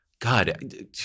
God